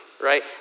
right